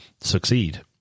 succeed